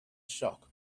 shocked